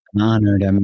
honored